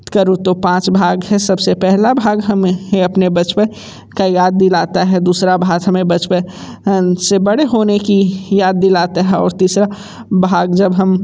त करूँ तो पाँच भाग है सबसे पहला भाग हमें अपने बचपन का याद दिलाता है दूसरा भाग में बचपन से बड़े होने की याद दिलाते हैं और तीसरा भाग जब हम